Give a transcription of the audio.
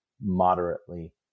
moderately